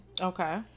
Okay